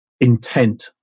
intent